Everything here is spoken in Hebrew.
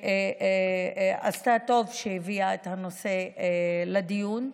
שעשתה טוב שהביאה את הנושא לדיון.